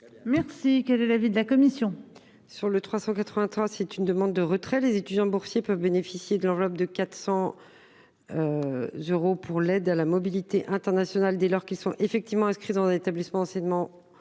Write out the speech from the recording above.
défendu. Quel est l'avis de la commission ?